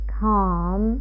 calm